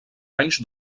anys